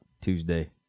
Tuesday